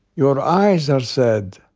your eyes are sad.